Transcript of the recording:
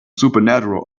supernatural